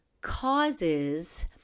causes